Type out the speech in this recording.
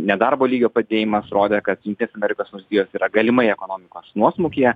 nedarbo lygio padidėjimas rodė kad jungtinės amerikos valstijos yra galimai ekonomikos nuosmukyje